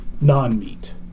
non-meat